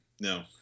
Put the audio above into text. no